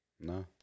No